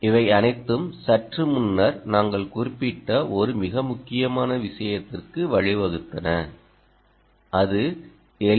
இவை அனைத்தும் சற்று முன்னர் நாங்கள் குறிப்பிட்ட ஒரு மிக முக்கியமான விஷயத்திற்கு வழிவகுத்தன அது எல்